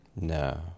No